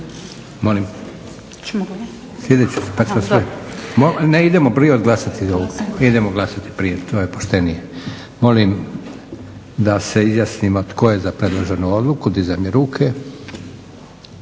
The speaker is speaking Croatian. Molim da se izjasnimo tko je za predloženu odluku dizanjem ruke?